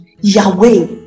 Yahweh